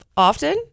often